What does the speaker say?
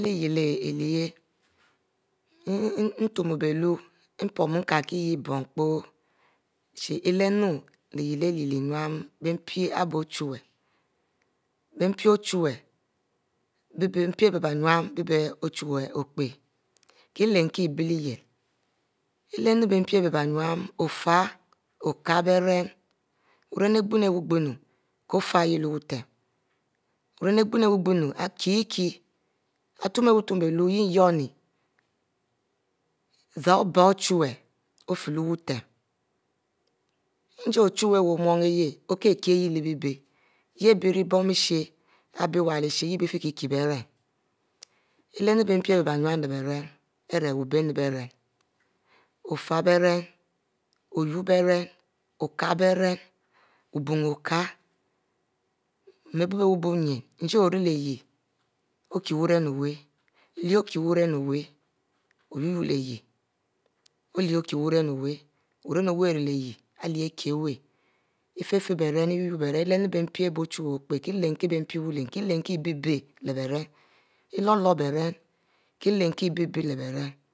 Intur bie lue opomu inkie-lyieh yieh bon ekpo ilermu iyieh leh innu mpi ari bie ochuwue mpi ochuwue bie mpi ari bie nnu bie ochuwhe okpo kie lermkie abie iyich ileh nnu mpi ari bie nnu ofu okie berem-buren ari goumwu-goum kofie yah leh uuatem, buren ari goum kie-kie okufie uubitiem zan obia wu o chuwue ofie lewutiem njie ochuwe opumhieh okie-kich leh bie beh yah bie rie bonisha ari bie yua lehshe ifie kia beren lermu rbie mpi ari bie innu leh beren ofie beren oyu bie beran ofie beren oyu bie beran okie beren wubon okie mua ari bie wu bub nyin ari njie ori-rie leh yeh kieh wuren owu ohie okie wuberen owu beran owu ohie akie wu ofie beren i lernnu bie mpi ari bie ochuwue ikpie kie lermkie bie bie leh bie ren i loro beren kie lernkie bie-bie leh beren